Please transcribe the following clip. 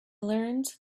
learned